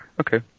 Okay